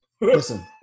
Listen